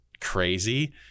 crazy